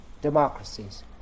democracies